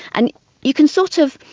and you can sort of